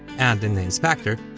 and in the inspector,